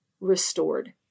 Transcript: Restored